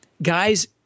Guys